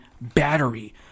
Battery